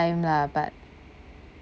time lah but